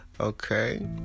Okay